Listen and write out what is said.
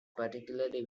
particularly